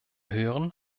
hören